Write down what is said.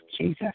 Jesus